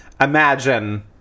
Imagine